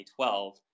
2012